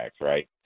right